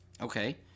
Okay